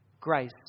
Grace